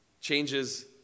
changes